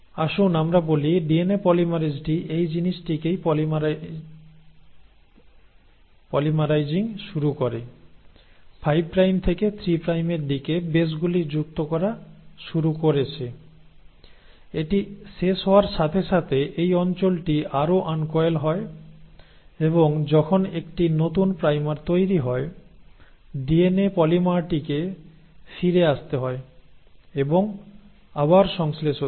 আসুন আমরা বলি ডিএনএ পলিমারিজটি এই জিনিসটিকে পলিমারাইজিং শুরু করে 5 প্রাইম থেকে 3 প্রাইমের দিকে বেসগুলি যুক্ত করা শুরু করেছে এটি শেষ হওয়ার সাথে সাথে এই অঞ্চলটি আরো আনকয়েল হয় এবং যখন একটি নতুন প্রাইমার তৈরি হয় ডিএনএ পলিমারটিকে ফিরে আসতে হয় এবং আবার সংশ্লেষ হতে হয়